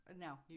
No